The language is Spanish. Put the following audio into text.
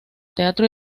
teatro